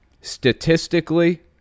Statistically